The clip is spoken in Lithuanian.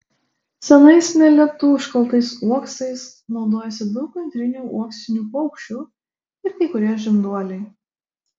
senais meletų iškaltais uoksais naudojasi daug antrinių uoksinių paukščių ir kai kurie žinduoliai